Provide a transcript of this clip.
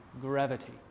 gravity